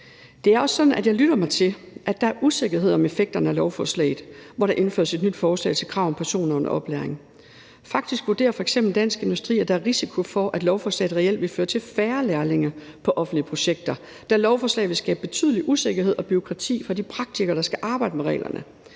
Det er også sådan, at jeg lytter mig til, at der er usikkerhed om effekterne af lovforslaget, hvor der indføres et nyt forslag til krav til personer under oplæring. Faktisk vurderer f.eks. Dansk Industri, at der er risiko for, at lovforslaget reelt vil føre til færre lærlinge på offentlige projekter, da lovforslaget vil skabe betydelig usikkerhed og bureaukrati for de praktikere, der skal arbejde med reglerne.